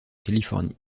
californie